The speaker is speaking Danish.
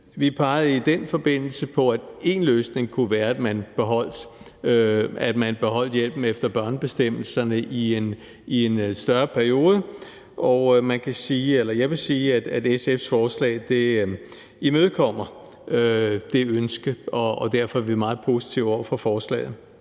Vi pegede i den forbindelse på, at en løsning kunne være, at man beholdt hjælpen efter børnebestemmelserne i en længere periode. Og jeg vil sige, at SF's forslag imødekommer det ønske, og derfor er vi meget positive over for forslaget.